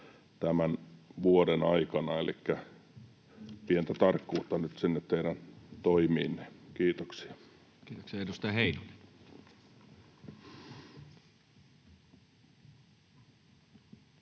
tämän vuoden aikana, elikkä pientä tarkkuutta nyt sinne teidän toimiinne. — Kiitoksia. Kiitoksia. — Edustaja Heinonen.